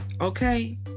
okay